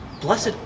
blessed